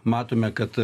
matome kad